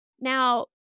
Now